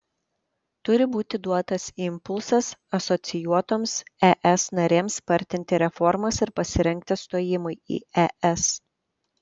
turi būti duotas impulsas asocijuotoms es narėms spartinti reformas ir pasirengti stojimui į es